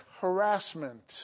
harassment